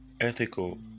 ethical